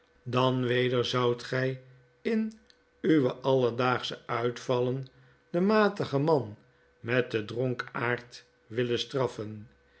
dan weder zoudt gy in uwe alledaagsche uitvallen den matigen man met den dronkaard willen straffen